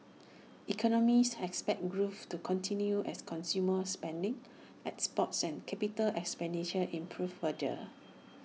economists has expect growth to continue as consumer spending exports and capital expenditure improve further